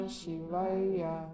Shivaya